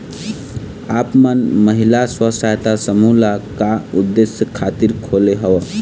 आप मन महिला स्व सहायता समूह ल का उद्देश्य खातिर खोले हँव?